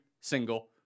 single